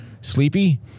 Sleepy